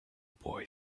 boy